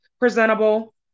Presentable